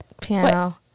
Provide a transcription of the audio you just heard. piano